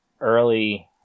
early